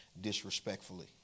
disrespectfully